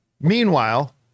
Meanwhile